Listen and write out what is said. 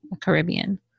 Caribbean